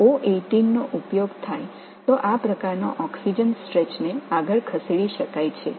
மிக முக்கியமாக இந்த வகையான ஆக்ஸிஜன் நீண்டு கொண்டிருப்பதை நாங்கள் கவனித்திருக்கிறோம்